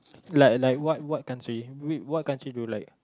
like like what what country whi~ what country do you like